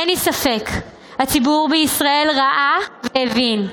אין לי ספק, הציבור בישראל ראה והבין: